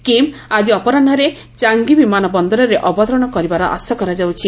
Kim ଆଜି ଅପରାହୁରେ Changi ବିମାନ ବନ୍ଦରରେ ଅବତରଣ କରିବାର ଆଶା କରାଯାଉଛି